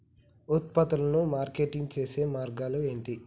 ఉత్పత్తులను మార్కెటింగ్ చేసే మార్గాలు ఏంది?